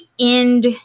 end